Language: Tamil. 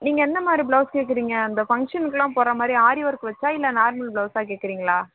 நீங்கள் எந்த மாதிரி பிளவுஸ் கேட்கிறீங்க அந்த ஃபங்ஷனுக்குலாம் போட்ற மாதிரி ஆரி ஒர்க் வச்சா இல்லை நார்மல் பிளவுஸ்ஸாக கேட்கிறீங்களா